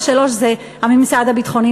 והשלישי זה הממסד הביטחוני,